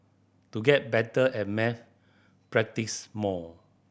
to get better at maths practise more